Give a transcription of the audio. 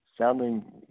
sounding